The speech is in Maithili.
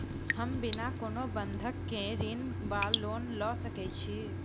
हम बिना कोनो बंधक केँ ऋण वा लोन लऽ सकै छी?